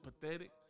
pathetic